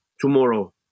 tomorrow